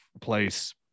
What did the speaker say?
place